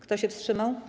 Kto się wstrzymał?